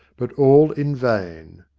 but all in vain.